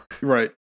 Right